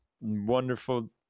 wonderful